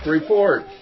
Report